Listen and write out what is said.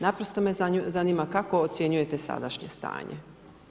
Naprosto me zanima kako ocjenjujete sadašnje stanje.